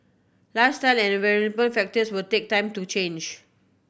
lifestyle and environment factors will take time to change